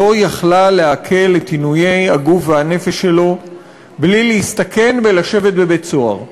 לא יכלה להקל את עינויי הגוף והנפש שלו בלי להסתכן בלשבת בבית-סוהר.